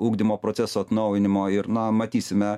ugdymo proceso atnaujinimo ir na matysime